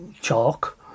chalk